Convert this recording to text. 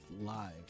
lives